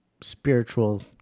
spiritual